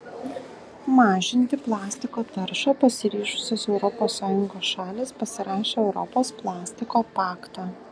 mažinti plastiko taršą pasiryžusios europos sąjungos šalys pasirašė europos plastiko paktą